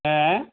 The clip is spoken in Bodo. मा